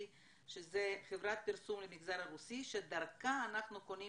זה שזה חברת פרסום למגזר הרוסי שדרכה אנחנו קונים